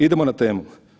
Idemo na temu.